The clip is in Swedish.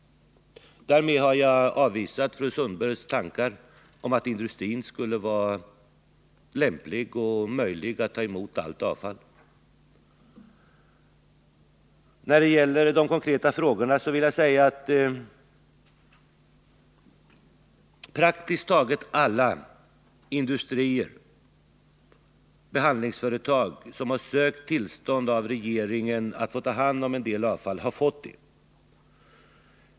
Därmed har jag avvisat fru Sundbergs tankar att det skulle vara lämpligt och möjligt att industrin tar emot allt avfall. När det gäller de konkreta frågorna vill jag säga att praktiskt taget alla industrier och behandlingsföretag som har sökt tillstånd av regeringen att ta hand om en del avfall har fått det.